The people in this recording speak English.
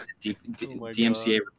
DMCA